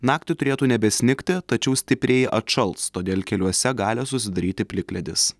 naktį turėtų nebesnigti tačiau stipriai atšals todėl keliuose gali susidaryti plikledis